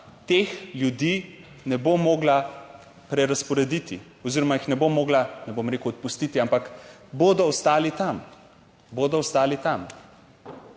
teh ljudi ne bo mogla prerazporediti oziroma jih ne bo mogla, ne bom rekel odpustiti, ampak bodo ostali tam,